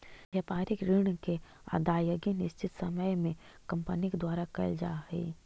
व्यापारिक ऋण के अदायगी निश्चित समय में कंपनी के द्वारा कैल जा हई